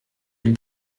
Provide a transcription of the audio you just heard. lui